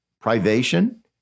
privation